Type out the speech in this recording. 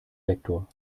vektor